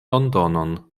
londonon